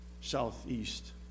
Southeast